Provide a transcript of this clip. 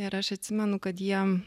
ir aš atsimenu kad jie